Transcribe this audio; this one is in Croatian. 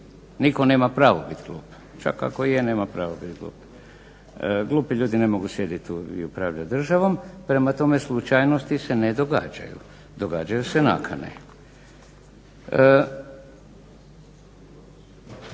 Nitko nema pravo biti glup. Čak ako je nema pravo biti glup. Glupi ljudi ne mogu sjediti i upravljati državom. Prema tome slučajnosti se ne događaju, događaju se nakane.